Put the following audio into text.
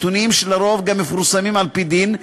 נתונים שלרוב גם מתפרסמים על-פי דין,